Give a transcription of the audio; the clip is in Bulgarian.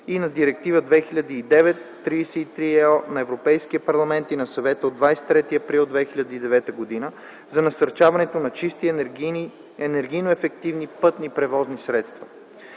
и на Директива 2009/33/ЕО на Европейския парламент и на Съвета от 23 април 2009 г. за насърчаването на чисти и енергийно ефективни пътни превозни средства.